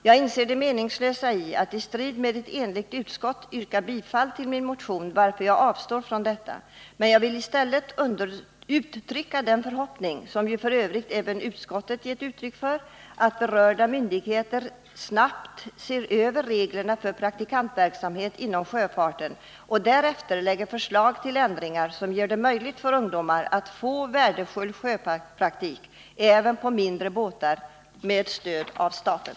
Jag inser det meningslösa i att i strid med ett enigt utskott yrka bifall till min motion, varför jag avstår från detta. Men jag vill i stället uttrycka den förhoppningen — som ju f. ö. även utskottet gett uttryck för — att berörda myndigheter snabbt ser över reglerna för praktikantverksamhet inom sjöfarten och därefter lägger fram förslag till ändringar som gör det möjligt för ungdomar att få värdefull sjöpraktik även på mindre båtar med stöd av staten.